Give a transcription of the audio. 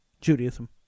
Judaism